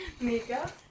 Makeup